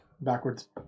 Backwards